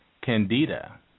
Candida